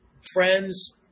friends